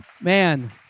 man